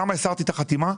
למה הסרתי את החתימה?